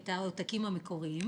את העותקים המקוריים,